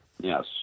Yes